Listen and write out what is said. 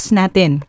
natin